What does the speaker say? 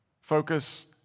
focus